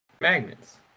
Magnets